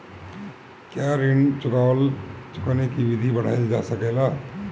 क्या ऋण चुकाने की अवधि बढ़ाईल जा सकेला?